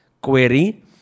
query